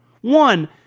One